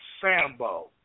Sambo